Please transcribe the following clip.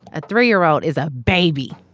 a three year old is a baby.